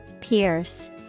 Pierce